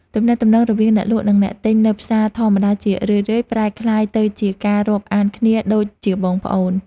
ទំនាក់ទំនងរវាងអ្នកលក់និងអ្នកទិញនៅផ្សារធម្មតាជារឿយៗប្រែក្លាយទៅជាការរាប់អានគ្នាដូចជាបងប្អូន។